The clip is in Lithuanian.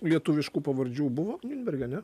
lietuviškų pavardžių buvo niurnberge ne